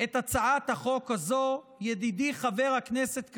את הצעת החוק הזו, ידידי, חבר הכנסת כסיף,